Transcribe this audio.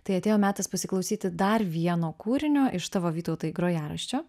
tai atėjo metas pasiklausyti dar vieno kūrinio iš tavo vytautai grojaraščio